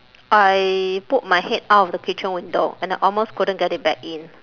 I put my head out of the kitchen window and I almost couldn't get it back in